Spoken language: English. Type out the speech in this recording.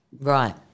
Right